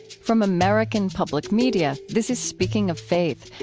from american public media, this is speaking of faith,